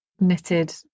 knitted